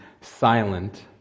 silent